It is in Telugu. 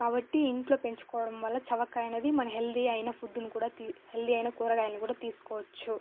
కాబట్టి ఇంట్లో పెంచుకోవడం వల్ల చవకైనవి మన హెల్దీ అయినా ఫుడ్డును కూడా తీ హెల్దీ అయినా కూరగాయల్ని కూడా తీసుకోవచ్చు